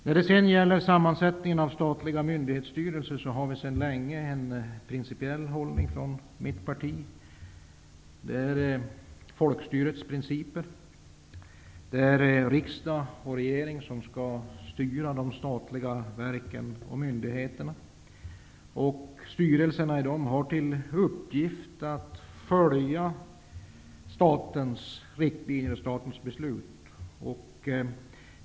När det sedan gäller sammansättningen av statliga myndighetsstyrelser har vi i Vänsterpartiet sedan länge en principiell hållning. Den är att folkstyrets principer skall gälla och att riksdag och regering skall styra de statliga verken och myndigheterna, och styrelserna skall ha till uppgift att följa statens riktlinjer och beslut.